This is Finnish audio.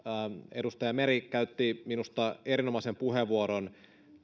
edustaja meri käytti minusta erinomaisen puheenvuoron